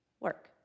Work